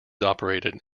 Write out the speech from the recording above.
operated